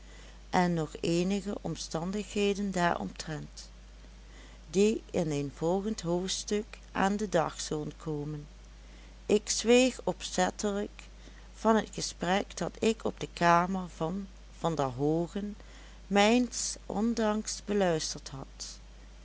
en nog eenige omstandigheden daaromtrent die in een volgend hoofdstuk aan den dag zullen komen ik zweeg opzettelijk van het gesprek dat ik op de kamer van van der hoogen mijns ondanks beluisterd had